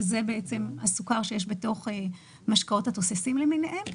שזה הסוכר שיש בתוך המשקאות התוססים למיניהם.